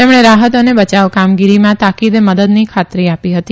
તેમણે રાહત અને બચાવ કામગીરીમાં તાકીદે મદદની ખાતરી આદી હતી